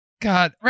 God